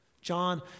John